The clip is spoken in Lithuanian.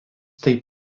taip